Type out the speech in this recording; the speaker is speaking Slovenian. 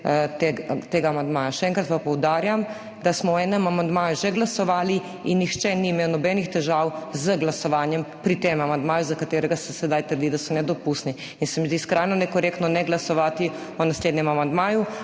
tega amandmaja. Še enkrat pa poudarjam, da smo o enem amandmaju že glasovali in nihče ni imel nobenih težav z glasovanjem pri tem amandmaju, za katerega se sedaj trdi, da so nedopustni. Zdi se mi skrajno nekorektno ne glasovati o naslednjem amandmaju,